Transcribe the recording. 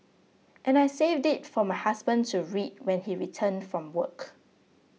and I saved it for my husband to read when he returned from work